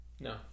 No